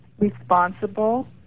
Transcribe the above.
responsible